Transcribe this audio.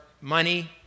money